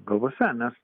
galvose nes